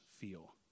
Feel